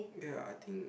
ya I think